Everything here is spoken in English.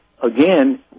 again